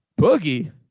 boogie